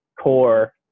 core